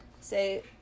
say